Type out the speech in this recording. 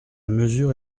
mesure